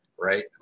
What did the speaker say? right